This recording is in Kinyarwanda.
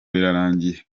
birarangiye